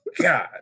God